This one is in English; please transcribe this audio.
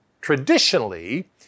Traditionally